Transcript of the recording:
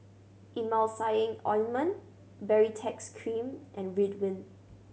Emulsying Ointment Baritex Cream and Ridwind